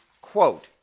quote